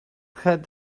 had